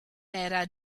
era